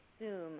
assume